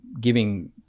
giving